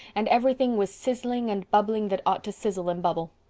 and everything was sizzling and bubbling that ought to sizzle and bubble.